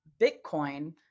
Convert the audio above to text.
Bitcoin